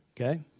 Okay